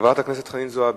חברת הכנסת חנין זועבי,